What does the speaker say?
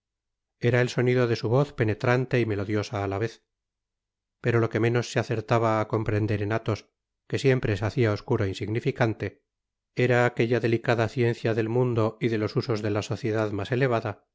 era el sonido de su voz penetrante y melodiosa á la vez pero lo que menos se acertaba á comprender en atbos que siempre se hacia oscuro é insignificante era aquella delicada ciencia del mundo y de los usos de la sociedad mas elevada